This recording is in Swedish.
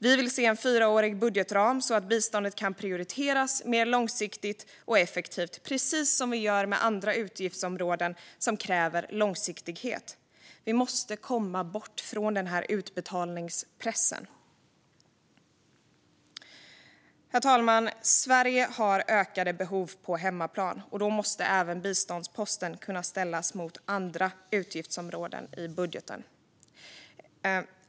Vi vill se en fyraårig budgetram så att biståndet kan prioriteras mer långsiktigt och effektivt, precis som vi gör med andra utgiftsområden som kräver långsiktighet. Vi måste komma bort från den här utbetalningspressen. Herr talman! Sverige har ökade behov på hemmaplan. Då måste även biståndsposten kunna ställas mot andra utgiftsområden i budgeten.